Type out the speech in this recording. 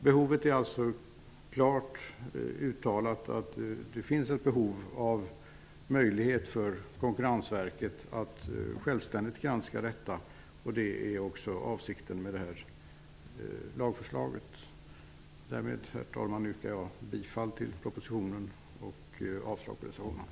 Behovet är alltså klart uttalat. Det finns behov av en möjlighet för Konkurrensverket att självständigt granska detta, vilket också är avsikten med detta lagförslag. Herr talman! Därmed yrkar jag bifall till utskottets hemställan och avslag på reservationerna.